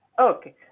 Okay